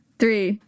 three